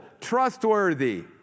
trustworthy